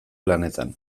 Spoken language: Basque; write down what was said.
lanetan